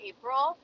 April